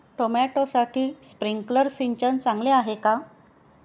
टोमॅटोसाठी स्प्रिंकलर सिंचन चांगले आहे का?